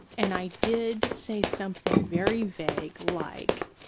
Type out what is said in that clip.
and i did say something very vague like,